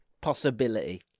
Possibility